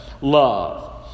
love